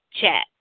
chat